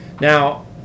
Now